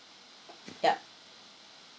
yup